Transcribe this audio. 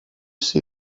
see